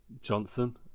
Johnson